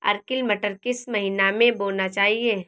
Arkel मटर किस महीना में बोना चाहिए?